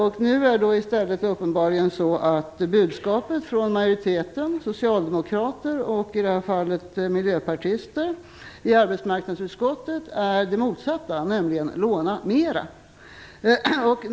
Nu är budskapet från majoriteten i arbetsmarknadsutskottet uppenbarligen det motsatta, nämligen Låna mera.